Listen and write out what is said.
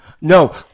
No